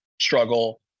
struggle